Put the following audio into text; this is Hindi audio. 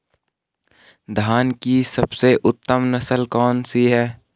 धान की सबसे उत्तम नस्ल कौन सी है?